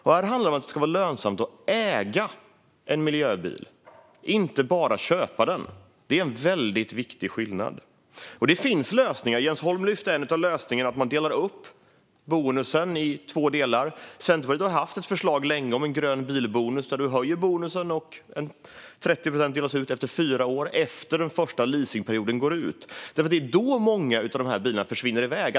Det handlar om att det ska vara lönsamt att äga en miljöbil, inte bara att köpa den. Denna skillnad är väldigt viktig. Det finns lösningar, och Jens Holm lyfte fram en sådan som går ut på att dela upp bonusen i två delar. Centerpartiet har länge haft ett förslag om en grön bilbonus: Man höjer bonusen och 30 procent av den delas ut efter fyra år, det vill säga efter att den första leasingperioden har gått ut. Det är nämligen då som många av bilarna försvinner iväg.